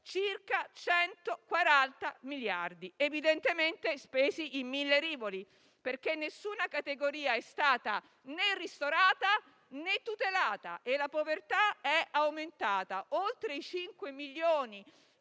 circa 140 miliardi, evidentemente spesi in mille rivoli, perché nessuna categoria è stata né ristorata, né tutelata e la povertà è aumentata: cinque milioni